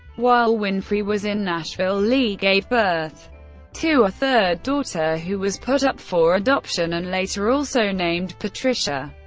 while winfrey was in nashville, lee gave birth to a third daughter who was put up for adoption and later also named patricia.